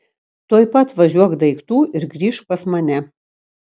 tuoj pat važiuok daiktų ir grįžk pas mane